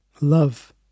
Love